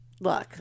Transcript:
look